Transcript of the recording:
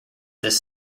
this